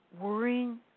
Worrying